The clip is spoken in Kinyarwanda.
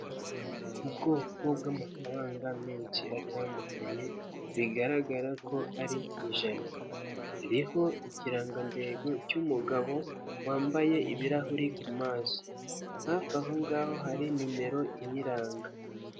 Ubwoko bw'amafaranga menshi atandukanye, bigaragara ko ari ijana ririho ikiranganengo cy'umugabo wambaye ibirahuri ku maso, hafi aho ngaho hari nimero iyiranga.